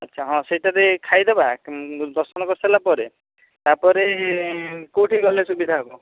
ଆଚ୍ଛା ହଁ ସେଇଠାରେ ଖାଇଦେବା ଦର୍ଶନ କରିସାରିଲା ପରେ ତା'ପରେ କେଉଁଠିକି ଗଲେ ସୁବିଧା ହେବ